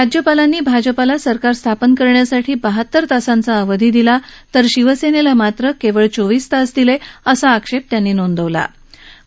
राज्यपालांनी भाजपला सरकार स्थापन करण्यासाठी बहात्तर तासांचा अवधी दिला तर शिवसेनेला मात्र केवळ चोवीस तास दिले असा आक्षेप त्यांनी नोंदवला आहे